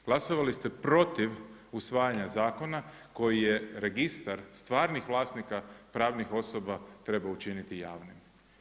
Glasovali ste protiv usvajanja zakona koji je Registar stvarnih vlasnika pravnih osoba trebao učiniti javnim.